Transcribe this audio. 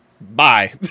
bye